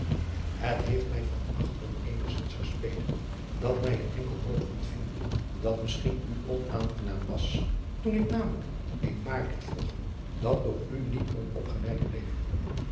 het heeft mij van achteren eenigzins gespeten dat mij een enkel woord ontviel dat misschien u onaangenaam was toen ik namelijk een maar liet volgen dat door u niet onopgemerkt bleef